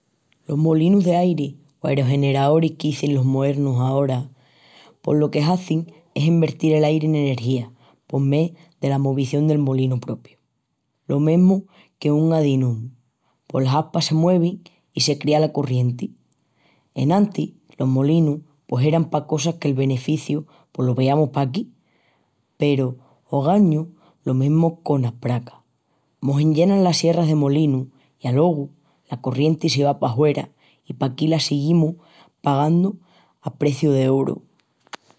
Los molinus d'airi, o arogeneraoris qu'izin los moernus pos lo que hazin es envertil el airi en energía por mé dela movición del molinu propiu. Lo mesmu que una adinamu pos las espas muevin l'adinamu i se cría la corrienti. Enantis los molinus pos eran pa cosas que'l beneficiu pos lo víamus paquí peru ogañu lo mesmu que conas pracas. Mos enllenan las sierras de molinus i alogu la corrienti se va pahuera i paquí la siguimus pagandu preciu d'oru.